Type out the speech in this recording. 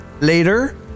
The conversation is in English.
Later